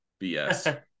BS